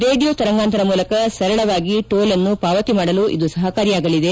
radio ತರಂಗಾಂತರ ಮೂಲಕ ಸರಳವಾಗಿ ಟೋಲ್ ಅನ್ನು ಪಾವತಿ ಮಾಡಲು ಇದು ಸಪಕಾರಿಯಾಗಲಿದೆ